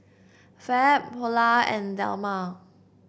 Fab Polar and Dilmah